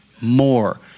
more